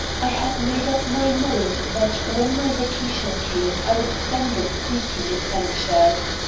i had made up my mind that when my vacation came i would spend it seeking adventures.